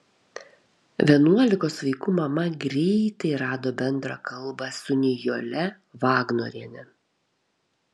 vienuolikos vaikų mama greitai rado bendrą kalbą su nijole vagnoriene